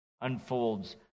unfolds